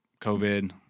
COVID